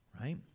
Right